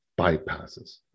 bypasses